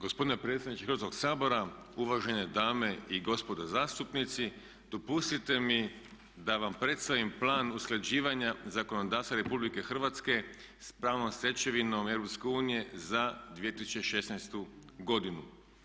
Gospodine predsjedniče Hrvatskog sabora, uvažene dame i gospodo zastupnici dopustite mi da vam predstavim Plan usklađivanja zakonodavstva Republike Hrvatske s pravnom stečevinom EU za 2016. godinu.